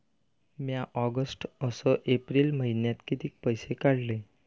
म्या ऑगस्ट अस एप्रिल मइन्यात कितीक पैसे काढले?